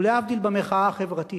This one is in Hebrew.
ולהבדיל, במחאה החברתית,